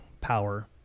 power